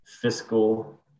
fiscal